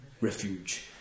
refuge